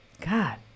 God